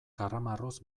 karramarroz